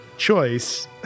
Choice